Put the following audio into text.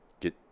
get